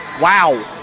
Wow